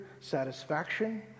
satisfaction